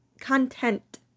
content